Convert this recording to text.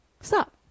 Stop